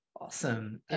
Awesome